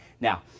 Now